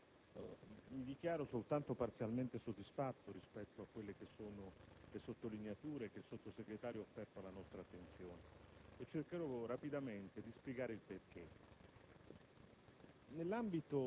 Mi dichiaro soltanto parzialmente soddisfatto rispetto alle sottolineature che il Sottosegretario ha offerto alla nostra attenzione e cercherò rapidamente di spiegarne il perché.